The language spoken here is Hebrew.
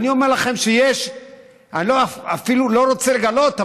אני אפילו לא רוצה לגלות,